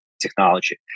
technology